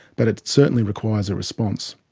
but it certainly requires a response.